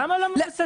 למה לא מבוססים?